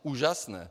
Úžasné.